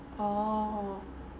oh